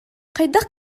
хайдах